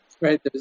right